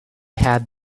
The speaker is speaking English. had